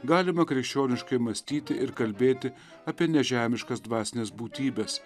galima krikščioniškai mąstyti ir kalbėti apie nežemiškas dvasines būtybes